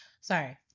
sorry